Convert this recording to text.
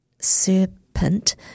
serpent